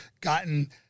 gotten